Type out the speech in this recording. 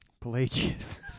Pelagius